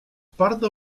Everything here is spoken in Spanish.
pardo